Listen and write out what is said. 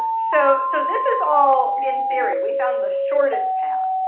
so so this is all in theory. we found the shortest path.